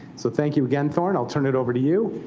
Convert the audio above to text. so thank you again. thorne, i'll turn it over to you,